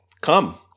come